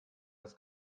das